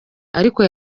ariko